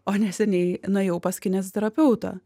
o neseniai nuėjau pas kineziterapeutą